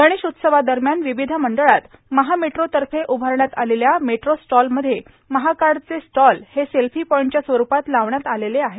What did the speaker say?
गणेश उत्सवादम्यान र्वावध मंडळात महा मेट्रो तफ उभारण्यात आलेल्या मेट्रां स्टॉल मध्ये महाकाडचे स्टॉल हे सेल्फां पॉइंटच्या स्वरूपात लावण्यात आलेले आहे